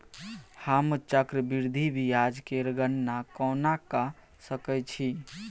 हम चक्रबृद्धि ब्याज केर गणना कोना क सकै छी